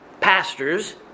Pastors